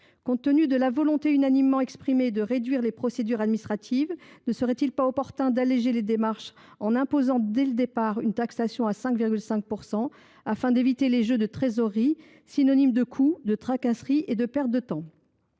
Compte tenu de la volonté unanimement exprimée de réduire les procédures administratives, ne serait il pas opportun d’alléger les démarches en imposant dès le départ une taxation au taux de 5,5 %, afin d’éviter des jeux de trésorerie synonymes de coûts, de tracasseries et de perte de temps ?